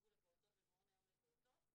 וטיפול לפעוטות במעון היום לפעוטות,